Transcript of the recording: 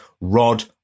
Rod